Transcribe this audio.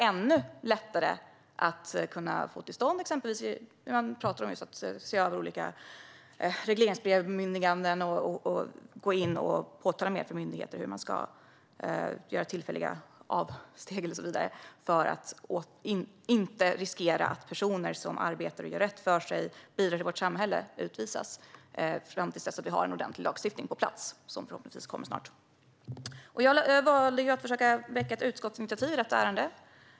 Man borde kunna gå in och se över olika regleringsbrev och bemyndiganden och anvisa hur olika myndigheter ska kunna göra tillfälliga avsteg för att inte riskera att personer som arbetar, gör rätt för sig och bidrar till vårt samhälle utvisas fram till dess att vi har en ordentlig lagstiftning på plats, vilken förhoppningsvis kommer snart. Jag valde att försöka väcka ett utskottsinitiativ i ärendet.